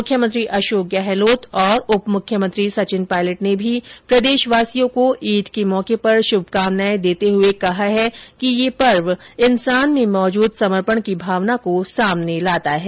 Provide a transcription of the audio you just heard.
मुख्यमंत्री अशोक गहलोत और उप मुख्यमंत्री सचिन पायलट ने भी प्रदेशवासियों को ईद के मौके पर शुभकामनाएं देते हुए कहा है कि यह पर्व इन्सान में मौजूद समर्पण की भावना को सामने लाता है